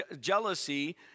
jealousy